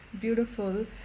Beautiful